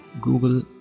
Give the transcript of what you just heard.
Google